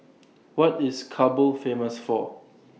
What IS Kabul Famous For